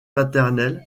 maternelle